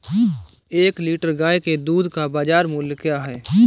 एक लीटर गाय के दूध का बाज़ार मूल्य क्या है?